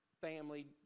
family